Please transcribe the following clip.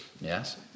Yes